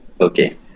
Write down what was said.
Okay